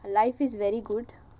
life is very good